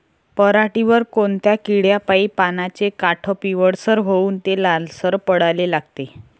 पऱ्हाटीवर कोनत्या किड्यापाई पानाचे काठं पिवळसर होऊन ते लालसर पडाले लागते?